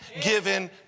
given